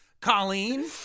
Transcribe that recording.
colleen